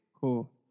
Cool